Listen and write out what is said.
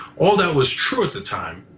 all that was true at the time.